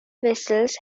vessels